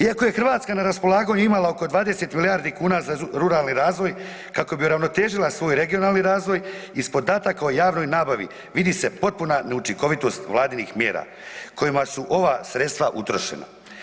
Iako je Hrvatska na raspolaganju imala oko 20 milijardi kuna za ruralni razvoj kako bi uravnotežila svoj regionalni razvoj iz podataka o javnoj nabavi vidi se potpuna neučinkovitost Vladinih kojima su ova sredstva utrošena.